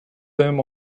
them